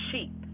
sheep